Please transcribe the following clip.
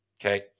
Okay